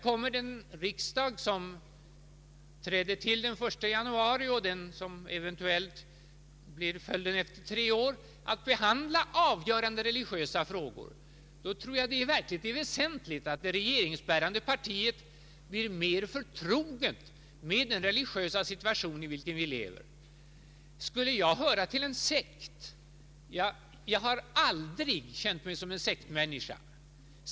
Den riksdag som träder till den 1 januari och den som träder till tre år senare kommer att behandla avgörande religiösa frågor. Då tror jag det är väsentligt att regeringspartiet blir mer förtroget med den religiösa situation i vilken vi lever. Skulle jag höra till en sekt? Jag har aldrig känt mig som en sektmänniska.